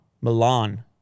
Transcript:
Milan